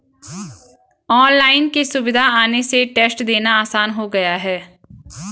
online की सुविधा आने से टेस्ट देना आसान हो गया है